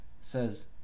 says